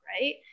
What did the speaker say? right